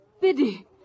Biddy